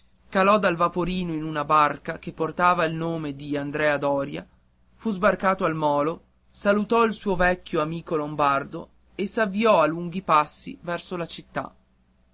calò dal vaporino in una barca che portava il nome di andrea doria fu sbarcato al molo salutò il suo vecchio amico lombardo e s'avviò a lunghi passi verso la città